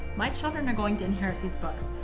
my children are going to inherit these books.